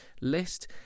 list